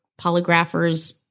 polygraphers